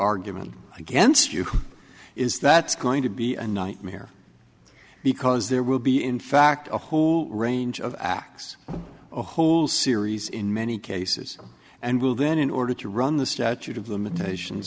argument against you is that's going to be a nightmare because there will be in fact a whole range of acts a whole series in many cases and will then in order to run the statute of limitations